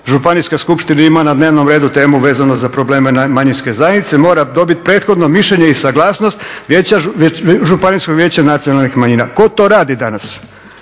Županijska skupština ima na dnevnom redu temu vezano za probleme manjinske zajednice mora dobiti prethodno mišljenje i suglasnost Županijskog vijeća nacionalnih manjina. Tko to radi danas,